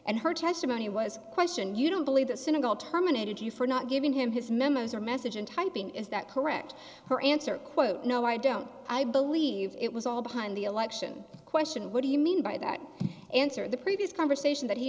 and her testimony was questioned you don't believe the cynical terminated you for not giving him his memos or message and typing is that correct her answer quote no i don't i believe it was all behind the election question what do you mean by that answer the previous conversation that he